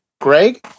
Greg